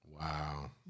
Wow